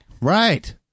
Right